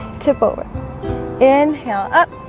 tip over inhale up